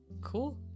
cool